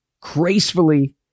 gracefully